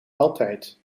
altijd